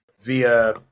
via